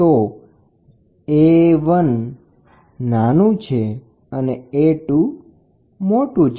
તો A1 નાનો છે અને A2 મોટો છે